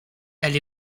elle